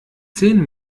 zehn